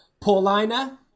Paulina